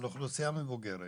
על אוכלוסייה מבוגרת